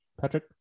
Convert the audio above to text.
Patrick